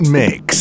mix